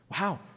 Wow